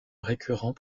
récurrent